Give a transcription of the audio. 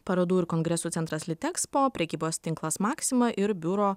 parodų ir kongresų centras litexpo prekybos tinklas maxima ir biuro